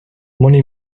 money